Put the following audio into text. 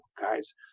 guys